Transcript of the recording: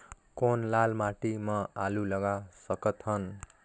कौन लाल माटी म आलू लगा सकत हन?